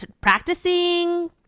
practicing